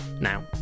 Now